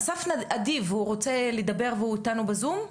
אסף אדיב הוא רוצה לדבר והוא איתנו בזום.